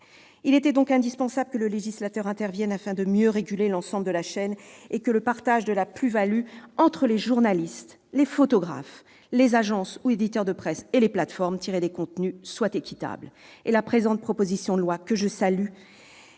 Il était donc indispensable que le législateur intervienne pour mieux réguler l'ensemble de la chaîne et afin que le partage de la plus-value tirée des contenus entre les journalistes, les photographes, les agences ou éditeurs de presse et les plateformes soit équitable. La présente proposition de loi, dont je salue